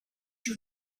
your